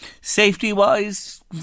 Safety-wise